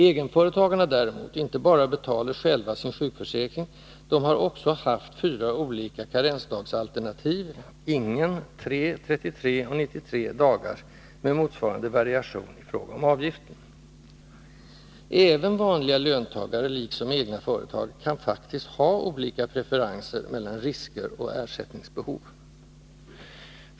Egenföretagarna däremot betalar inte bara själva sin sjukförsäkring, de har också haft fyra olika karensdagsalternativ: 0, 3, 33 och 93 dagar, med motsvarande variation i fråga om avgiften. Även vanliga löntagare, liksom egna företagare, kan faktiskt ha olika preferenser mellan risker och ersättningsbehov.